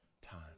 time